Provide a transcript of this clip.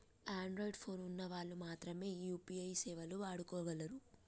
Android phone ఉన్న వాళ్ళు మాత్రమె ఈ యూ.పీ.ఐ సేవలు వాడుకోగలరు